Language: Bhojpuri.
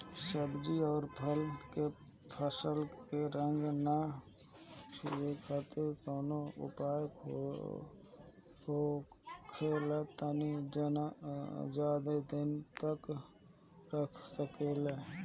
सब्जी और फल के फसल के रंग न छुटे खातिर काउन उपाय होखेला ताकि ज्यादा दिन तक रख सकिले?